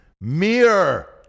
Mirror